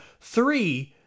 three